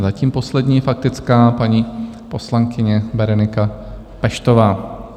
Zatím poslední faktická paní poslankyně Berenika Peštová.